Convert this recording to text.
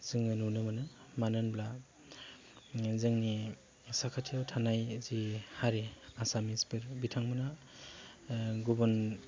जोङो नुनो मोनो मानो होनब्ला जोंनि साखाथियाव थानाय जि हारि आसामिसफोर बिथांमोना गुबुन